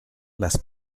las